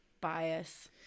bias